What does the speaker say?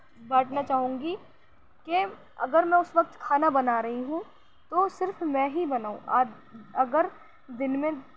بانٹنا چاہوں گی کہ اگر میں اس وقت کھانا بنا رہی ہوں تو صرف میں ہی بناؤں اگر دن میں